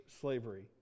slavery